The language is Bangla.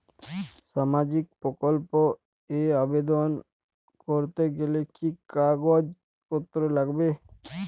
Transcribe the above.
সামাজিক প্রকল্প এ আবেদন করতে গেলে কি কাগজ পত্র লাগবে?